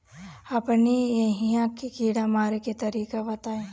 अपने एहिहा के कीड़ा मारे के तरीका बताई?